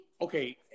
Okay